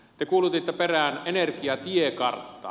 te kuulutitte perään energiatiekarttaa